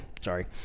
Sorry